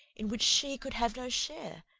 in which she could have no share,